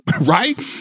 Right